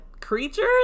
Creatures